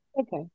Okay